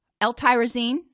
L-tyrosine